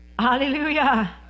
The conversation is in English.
hallelujah